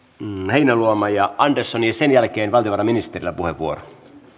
heinäluoma ja andersson ja sen jälkeen valtiovarainministerillä puheenvuoro